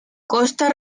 costa